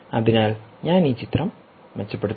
അതിനാൽ ഞാൻ ഈ ചിത്രം മെച്ചപ്പെടുത്തും